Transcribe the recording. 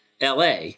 LA